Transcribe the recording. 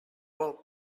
vol